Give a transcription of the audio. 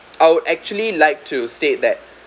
I would actually like to state that